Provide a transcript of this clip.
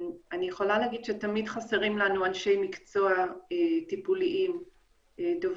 אני יכולה להגיד שתמיד חסרים לנו אנשי מקצוע טיפוליים דוברי